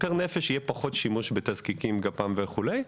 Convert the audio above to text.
פר נפש יהיה פחות שימוש בתזקיקים, בגפ"מ וכולי.